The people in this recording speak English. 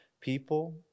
people